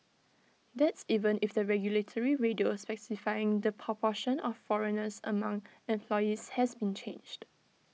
that's even if the regulatory ratio specifying the proportion of foreigners among employees has been changed